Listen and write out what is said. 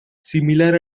similar